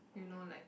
you know like